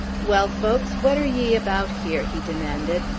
well, folks, what are ye about here? he demanded.